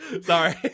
Sorry